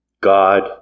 God